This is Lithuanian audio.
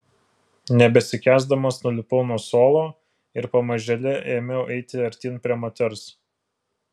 nebesikęsdamas nulipau nuo suolo ir pamažėle ėmiau eiti artyn prie moters